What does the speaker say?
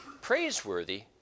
Praiseworthy